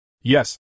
Yes